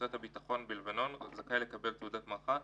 ברצועת הביטחון בלבנון, זכאי לקבל תעודת מערכה.